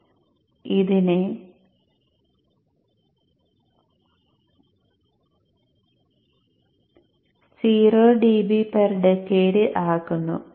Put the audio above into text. നിങ്ങൾ അതിനെ 0 dB per ഡെകേടിൽ ആക്കുന്നു